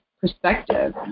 perspective